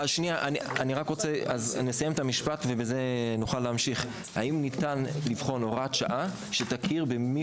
אני רק אסיים את המשפט: האם ניתן לבחון הוראת שעה שתכיר במי